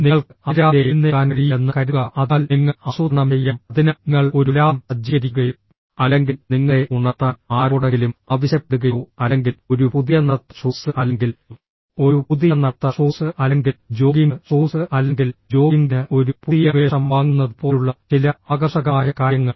നിങ്ങൾക്ക് അതിരാവിലെ എഴുന്നേൽക്കാൻ കഴിയില്ലെന്ന് കരുതുക അതിനാൽ നിങ്ങൾ ആസൂത്രണം ചെയ്യണം അതിനാൽ നിങ്ങൾ ഒരു അലാറം സജ്ജീകരിക്കുകയോ അല്ലെങ്കിൽ നിങ്ങളെ ഉണർത്താൻ ആരോടെങ്കിലും ആവശ്യപ്പെടുകയോ അല്ലെങ്കിൽ ഒരു പുതിയ നടത്ത ഷൂസ് അല്ലെങ്കിൽ ഒരു പുതിയ നടത്ത ഷൂസ് അല്ലെങ്കിൽ ജോഗിംഗ് ഷൂസ് അല്ലെങ്കിൽ ജോഗിംഗിന് ഒരു പുതിയ വേഷം വാങ്ങുന്നത് പോലുള്ള ചില ആകർഷകമായ കാര്യങ്ങൾ